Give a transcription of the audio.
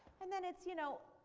and then it's, you know,